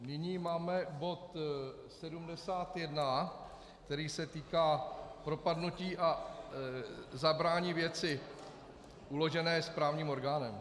Nyní máme bod F71, který se týká propadnutí a zabrání věci uložené správním orgánem.